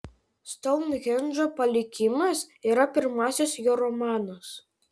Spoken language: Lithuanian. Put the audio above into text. stounhendžo palikimas yra pirmasis jo romanas